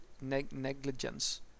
negligence